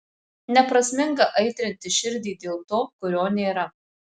neprasminga aitrinti širdį dėl to kurio nėra